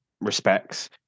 respects